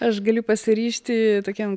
aš galiu pasiryžti tokiem